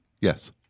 Yes